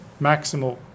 Maximal